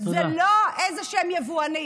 זה לא איזשהם יבואנים.